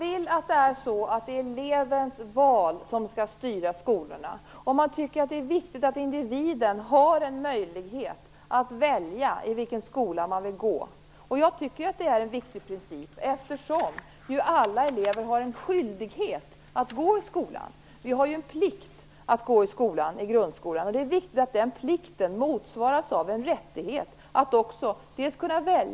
Herr talman! Jag tycker att det är en viktig princip att individen har en möjlighet att välja vilken skola han eller hon vill gå i, eftersom alla elever har en skyldighet att gå i skolan. Vi har ju en plikt att gå i grundskolan, och det är viktigt att den plikten motsvaras av en rättighet både att välja och att ha inflytande över den skola som man går i.